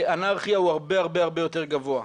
לאנרכיה הוא הרבה הרבה הרבה יותר גבוה.